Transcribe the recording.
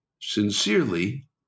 Sincerely